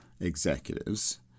executives